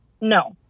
No